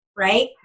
Right